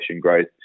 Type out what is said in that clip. growth